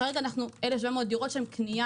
כרגע מדובר על 1,700 דירות שהן קנייה,